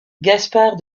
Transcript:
gaspard